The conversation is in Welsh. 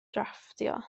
drafftio